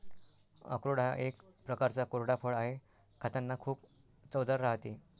अक्रोड हा एक प्रकारचा कोरडा फळ आहे, खातांना खूप चवदार राहते